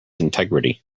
integrity